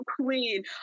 queen